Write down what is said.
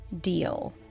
deal